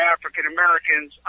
African-Americans